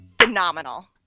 Phenomenal